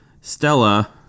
Stella